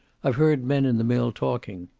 i've heard men in the mill talking.